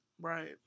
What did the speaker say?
Right